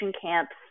camps